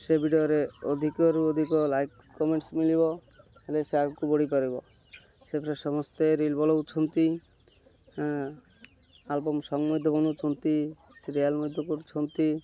ସେ ଭିଡ଼ିଓରେ ଅଧିକରୁ ଅଧିକ ଲାଇକ୍ କମେଣ୍ଟସ୍ ମିଳିବ ହେଲେ ସେ ଆଗକୁ ବଢ଼ିପାରିବ ସେହିପରି ସମସ୍ତେ ରିଲ୍ ବନଉଛନ୍ତି ଆଲବମ୍ ସଙ୍ଗ୍ ମଧ୍ୟ ବନଉଛନ୍ତି ସିରିଏଲ୍ ମଧ୍ୟ କରୁଛନ୍ତି